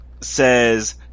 says